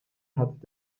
hat